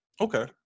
Okay